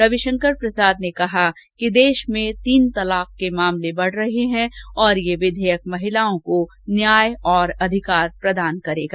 रविशंकर प्रसाद ने कहा कि देश में तीन तलाक के मामले बढ़ रहे हैं और यह विधेयक महिलाओं को न्याय और अधिकार प्रदान करेगा